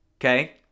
okay